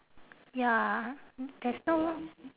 ya there's no